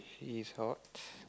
he is hot